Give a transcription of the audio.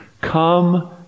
Come